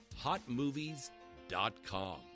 Hotmovies.com